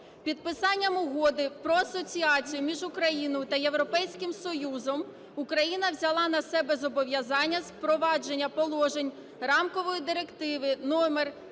Підписанням Угоди про асоціацію між Україною та Європейським Союзом Україна взяла на себе зобов’язання з впровадження положень рамкової Директиви